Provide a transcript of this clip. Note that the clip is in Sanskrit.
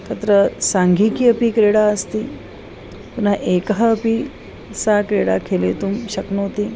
तत्र साङ्घीके अपि क्रीडा अस्ति पुनः एकः अपि सा क्रीडा खेलितुं शक्नोति